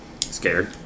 Scared